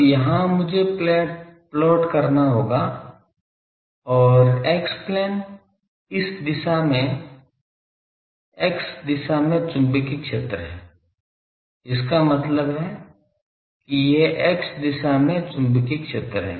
तो यहां मुझे प्लॉट करना होगा और x प्लेन इस मामले में x दिशा में चुंबकीय क्षेत्र है इसका मतलब है कि यह x दिशा में चुंबकीय क्षेत्र है